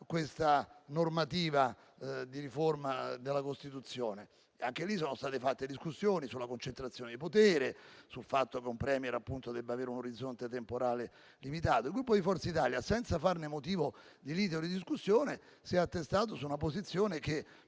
questa normativa di riforma della Costituzione. Anche in tale occasione sono state fatte discussioni sulla concentrazione di potere, sul fatto che un *premier* debba avere un orizzonte temporale limitato. Il Gruppo di Forza Italia, senza farne motivo di lite o di discussione, si è attestato sulla posizione che,